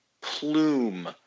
plume